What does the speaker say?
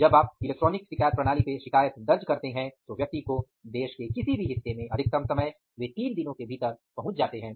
जब आप इलेक्ट्रॉनिक शिकायत प्रणाली पर शिकायत दर्ज करते हैं तो व्यक्ति को देश के किसी भी हिस्से में अधिकतम समय वे तीन दिनों के भीतर पहुंच जाते हैं